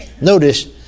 Notice